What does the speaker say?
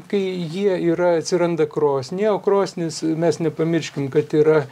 kai jie yra atsiranda krosnyje o krosnis mes nepamirškim kad yra